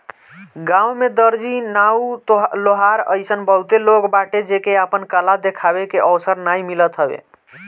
गांव में दर्जी, नाऊ, लोहार अइसन बहुते लोग बाटे जेके आपन कला देखावे के अवसर नाइ मिलत हवे